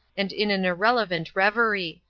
and in an irrelevant reverie.